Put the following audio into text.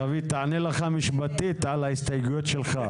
עכשיו היא תענה לך משפטית על ההסתייגויות שלך.